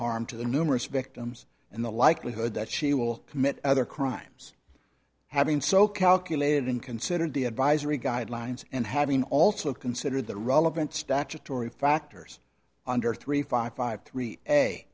harm to the numerous victims and the likelihood that she will commit other crimes having so calculated and considered the advisory guidelines and having also considered the relevant statutory factors under three five five three